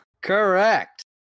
Correct